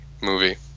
movie